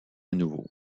nouveau